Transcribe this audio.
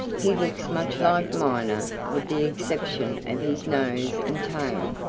he looks much like miner with the exception of his nose and tail.